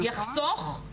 נכון?